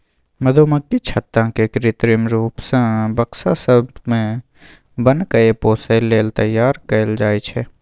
मधुमक्खी छत्ता केँ कृत्रिम रुप सँ बक्सा सब मे बन्न कए पोसय लेल तैयार कयल जाइ छै